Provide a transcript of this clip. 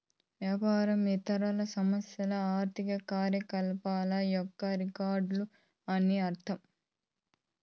వ్యాపారం ఇతర సంస్థల ఆర్థిక కార్యకలాపాల యొక్క రికార్డులు అని అర్థం